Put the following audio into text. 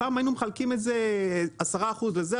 פעם היינו מחלקים את זה 10% לזה,